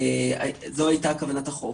וזו הייתה כוונת החוק,